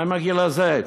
מה עם הגיל הזה?